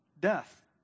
death